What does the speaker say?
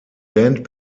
band